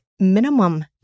minimum